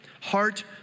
heart